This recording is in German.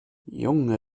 junge